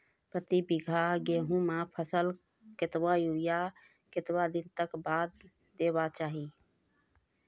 प्रति बीघा गेहूँमक फसल मे कतबा यूरिया कतवा दिनऽक बाद देवाक चाही?